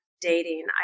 dating